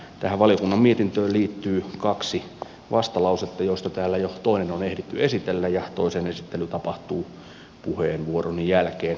tähän valiokunnan mietintöön liittyy kaksi vastalausetta joista täällä jo toinen on ehditty esitellä ja toisen esittely tapahtuu puheenvuoroni jälkeen